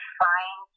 find